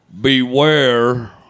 beware